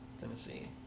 Tennessee